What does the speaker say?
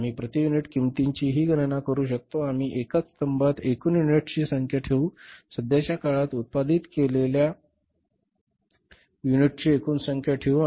आम्ही प्रति युनिट किंमतीचीही गणना करू शकतो आम्ही एकाच स्तंभात एकूण युनिट्सची संख्या ठेवू सध्याच्या काळात उत्पादित केलेल्या युनिटची एकूण संख्या ठेवू